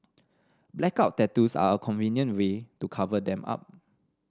blackout tattoos are a convenient way to cover them up